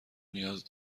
نیاز